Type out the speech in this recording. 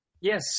Yes